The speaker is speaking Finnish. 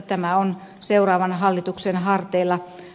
tämä on seuraavan hallituksen harteilla